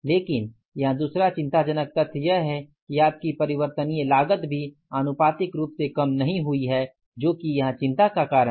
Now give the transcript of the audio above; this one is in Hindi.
लेकिन यहाँ दूसरा चिंताजनक तथ्य यह है कि आपकी परिवर्तनीय लागत भी आनुपातिक रूप से कम नहीं हुई है जो कि यहाँ चिंता का कारण है